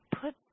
put